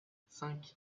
cinq